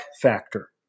factor